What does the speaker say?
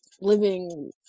living